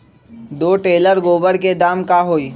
दो टेलर गोबर के दाम का होई?